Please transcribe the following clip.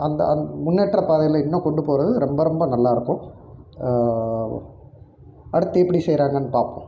அந்த அந்த முன்னேற்ற பாதையில் இன்னும் கொண்டுப்போவது ரொம்ப ரொம்ப நல்லாயிருக்கும் அடுத்து எப்படி செய்கிறாங்கனு பார்ப்போம்